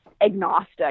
agnostic